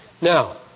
Now